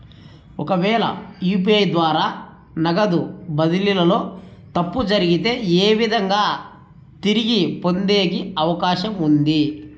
ఒకవేల యు.పి.ఐ ద్వారా నగదు బదిలీలో తప్పు జరిగితే, ఏ విధంగా తిరిగి పొందేకి అవకాశం ఉంది?